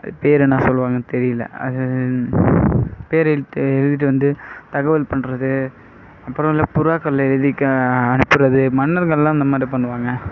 பேர் என்ன சொல்லுவாங்கன்னு தெரிலை அது பேர் எழுத் எழுதிகிட்டு வந்து தகவல் பண்ணுறது அப்புறம் இந்த புறாக்களில் எழுதி க அனுப்புவது மன்னர்களெலாம் இந்த மாதிரி பண்ணுவாங்க